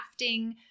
crafting